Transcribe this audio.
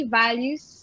values